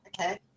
okay